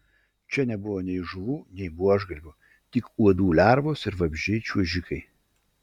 čia nebuvo nei žuvų nei buožgalvių tik uodų lervos ir vabzdžiai čiuožikai